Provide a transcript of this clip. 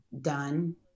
done